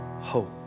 hope